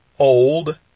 old